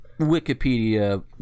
Wikipedia